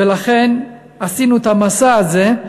לכן עשינו את המסע הזה,